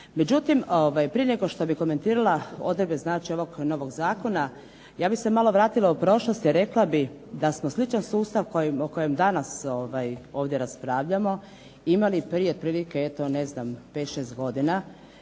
Međutim, prije nego što bih komentirala odredbe ovog novog zakona ja bih se malo vratila u prošlost i rekla bih da smo sličan sustav o kojem danas ovdje raspravljamo imali prije otprilike eto ne znam 5, 6 godina.